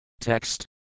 Text